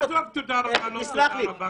עזוב תודה רבה, לא תודה רבה.